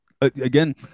again